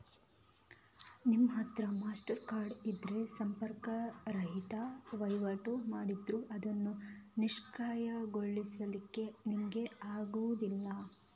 ನಿಮ್ಮತ್ರ Mastercard ಇದ್ರೆ ಸಂಪರ್ಕ ರಹಿತ ವೈವಾಟು ಮಾಡಿದ್ರೂ ಅದನ್ನು ನಿಷ್ಕ್ರಿಯಗೊಳಿಸ್ಲಿಕ್ಕೆ ನಿಮ್ಗೆ ಆಗುದಿಲ್ಲ